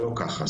לא ככה.